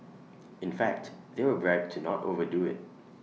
in fact they were bribed to not over do IT